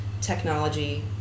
technology